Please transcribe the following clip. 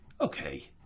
Okay